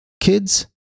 kids